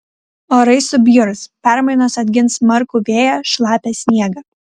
orai subjurs permainos atgins smarkų vėją šlapią sniegą